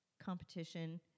competition